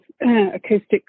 acoustic